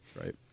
right